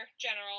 general